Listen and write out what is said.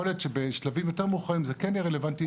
יכול להיות שבשלבים יותר מאוחרים זה כן יהיה רלוונטי.